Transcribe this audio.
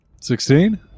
Sixteen